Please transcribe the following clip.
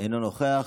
אינו נוכח.